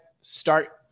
start